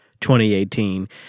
2018